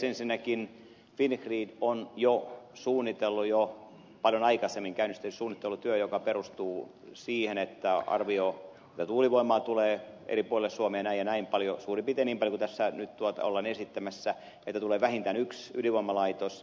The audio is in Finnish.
ensinnäkin fingrid on jo paljon aikaisemmin käynnistänyt suunnittelutyön joka perustuu siihen arvioon että tuulivoimaa tulee eri puolille suomea näin ja näin paljon suurin piirtein niin paljon kuin tässä nyt ollaan esittämässä että tulee vähintään yksi ydinvoimalaitos